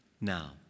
now